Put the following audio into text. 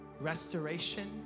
restoration